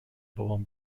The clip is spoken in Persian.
بابام